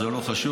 זה לא חשוב.